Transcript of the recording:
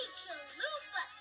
chalupa